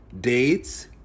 dates